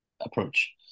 approach